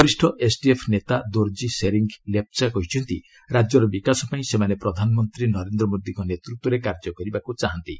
ବରିଷ୍ଣ ଏସ୍ଡିଏଫ୍ ନେତା ଦୋର୍ଜୀ ଶେରିଙ୍ଗ୍ ଲେପ୍ଚା କହିଛନ୍ତି ରାଜ୍ୟର ବିକାଶ ପାଇଁ ସେମାନେ ପ୍ରଧାନମନ୍ତ୍ରୀ ନରେନ୍ଦ୍ର ମୋଦିଙ୍କ ନେତୃତ୍ୱରେ କାର୍ଯ୍ୟ କରିବାକୁ ଚାହାନ୍ତି